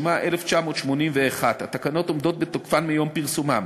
התשמ"א 1981. התקנות עומדות בתוקפן מיום פרסומן.